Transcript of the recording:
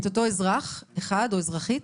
את אותו אזרח אחד או אזרחית,